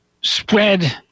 spread